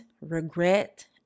regret